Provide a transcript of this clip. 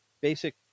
basic